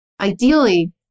Ideally